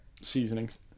seasonings